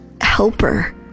helper